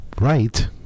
right